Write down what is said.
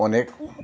अनेक